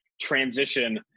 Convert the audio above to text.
transition